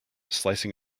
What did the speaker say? slicing